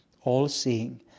all-seeing